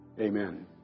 amen